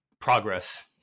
Progress